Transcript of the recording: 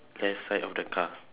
left side of the car